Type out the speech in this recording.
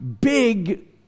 big